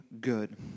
good